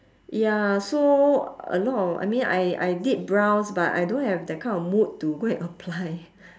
ya so a lot of I mean I I did browse but I don't have that kind of mood to go and apply